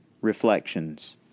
Reflections